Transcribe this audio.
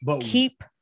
keep